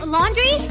Laundry